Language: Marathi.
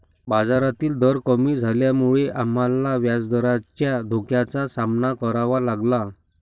बाजारातील दर कमी झाल्यामुळे आम्हाला व्याजदराच्या धोक्याचा सामना करावा लागला